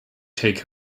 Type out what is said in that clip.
take